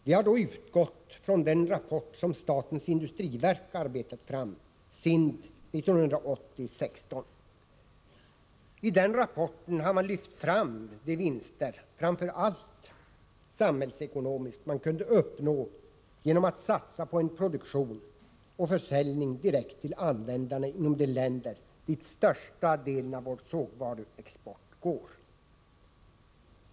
Vi har då utgått från den rapport som statens industriverk arbetat fram, SIND 1980:16. I den rapporten har man lyft fram de vinster, framför allt samhällsekonomiskt, som man kunde uppnå genom att satsa på en produktion och försäljning direkt till användarna inom de länder dit största delen av vår sågvaruexport går.